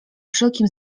wszelkim